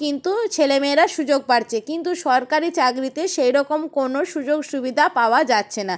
কিন্তু ছেলে মেয়েরা সুযোগ পাচ্ছে কিন্তু সরকারি চাকরিতে সেই রকম কোনো সুযোগ সুবিধা পাওয়া যাচ্ছে না